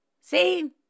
See